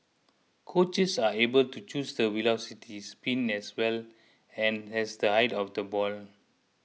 coaches are able to choose the velocity spin as well an as the height of the ball